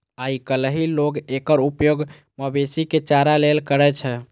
आइकाल्हि लोग एकर उपयोग मवेशी के चारा लेल करै छै